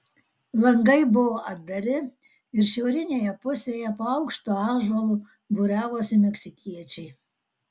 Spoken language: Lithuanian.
langai buvo atdari ir šiaurinėje pusėje po aukštu ąžuolu būriavosi meksikiečiai